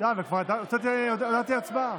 כבר הודעת על הצבעה.